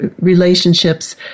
relationships